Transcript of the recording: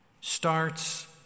starts